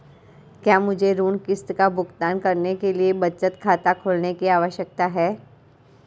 क्या मुझे ऋण किश्त का भुगतान करने के लिए बचत खाता खोलने की आवश्यकता है?